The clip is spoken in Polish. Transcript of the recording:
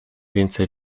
więcej